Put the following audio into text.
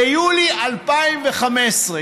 ביולי 2015,